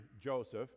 Joseph